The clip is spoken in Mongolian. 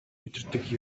мэдэрдэг